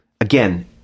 again